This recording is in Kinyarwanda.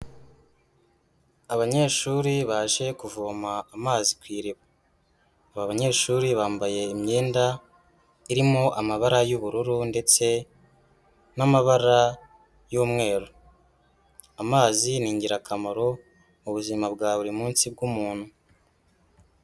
Abanyeshuri baje kuvoma amazi ku iriba, aba banyeshuri bambaye imyenda irimo amabara y'ubururu, ndetse n'amabara y'umweru, amazi ni ingirakamaro mu buzima bwa buri munsi bw'umuntu.